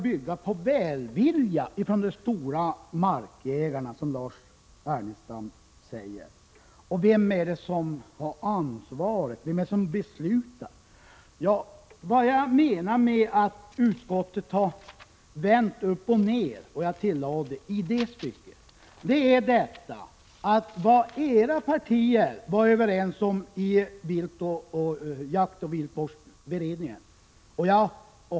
Svara på den frågan! Lars Ernestam talar om att det hela skall bygga på välvilja. Men vem är det som har ansvaret? Vem är det som beslutar? Vad jag menar med att utskottet har vänt upp och ned på saker och ting i detta stycke är följande. Jag tänker då på det som era partier var överens om i jaktoch viltvårdsberedningen.